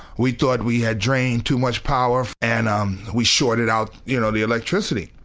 we thought we had drained too much power and um we shorted out you know the electricity.